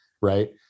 right